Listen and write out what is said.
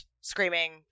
screaming